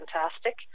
fantastic